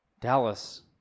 Dallas